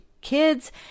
kids